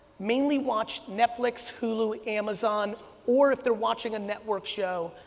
mainly watch netflix, hulu, amazon or if they're watching a network show,